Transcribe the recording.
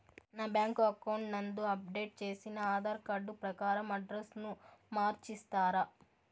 నా bank account నందు update చేసిన ఆధార్ కార్డు ప్రకారం అడ్రస్ ను మార్చిస్తారా?